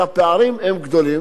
והפערים הם גדולים,